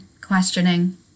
questioning